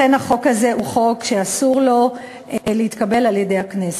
לכן החוק הזה הוא חוק שאסור לו להתקבל על-ידי הכנסת.